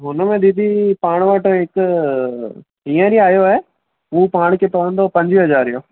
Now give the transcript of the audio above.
हुन में दीदी पाण वटि हिकु हींअर ई आयो आहे हू पाण खे पवंदो पंजें हज़ारें जो